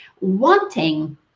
wanting